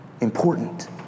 important